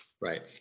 Right